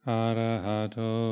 arahato